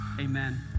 Amen